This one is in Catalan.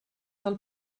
del